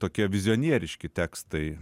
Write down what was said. tokie vizionieriški tekstai